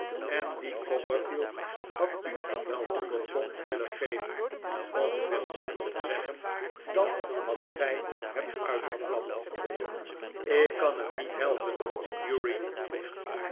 en die copperfield had u wel honderd pond willen geven om veel minder te zeggen dan wat gij hebt uitgeflapt ik kan het niet helpen